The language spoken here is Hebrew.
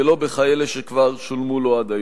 ולא בכאלה שכבר שולמו לו עד היום.